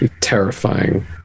terrifying